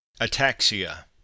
Ataxia